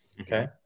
okay